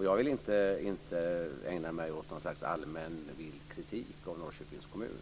Jag vill inte ägna mig åt något slags allmän vild kritik av Norrköpings kommun.